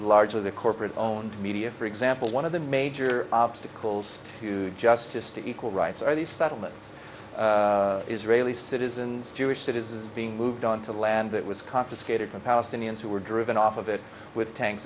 largely the corporate owned media for example one of the major obstacles to justice to equal rights are these settlements israeli citizens jewish citizens being moved on to land that was caught skated from palestinians who were driven off of it with tanks